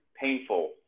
painful